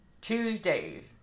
Tuesdays